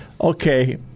Okay